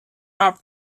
are